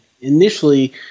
initially